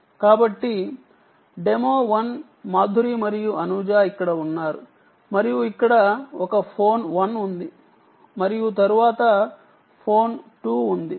కాబట్టి demo one తో ప్రారంభిస్తాను మాధురి మరియు అనుజా ఇక్కడ ఉన్నారు మరియు ఇక్కడ ఒక ఫోన్ 1 ఉంది మరియు ఇక్కడ ఫోన్ 2 ఉంది